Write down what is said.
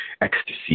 ecstasy